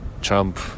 Trump